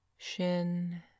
shin